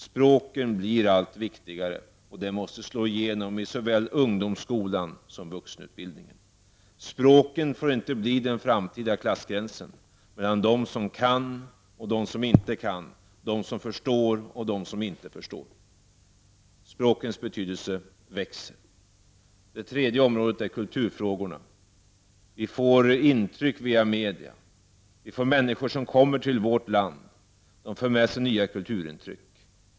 Språken blir allt viktigare, och det måste slå igenom i såväl ungdomsskolan som vuxenutbildningen. Språken får inte blir den framtida klassgränsen mellan dem som kan och dem som inte kan, dem som förstår och dem som inte förstår. Språkens betydelse växer. För det tredje gäller det kulturfrågorna. Vi får intryck via media. Människor som kommer till vårt land för med sig nya kulturintryck.